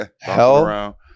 Hell